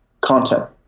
content